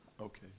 Okay